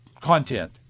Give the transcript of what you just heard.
content